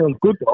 good